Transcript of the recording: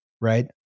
right